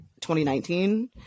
2019